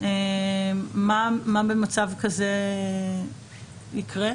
ומה במצב כזה יקרה?